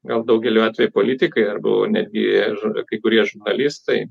gal daugeliu atveju politikai arba netgi žur kai kurie žurnalistai